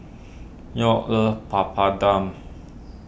York loves Papadum